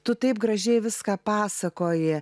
tu taip gražiai viską pasakoji